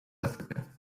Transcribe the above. africa